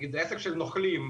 נגיד עסק של נוכלים,